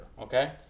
okay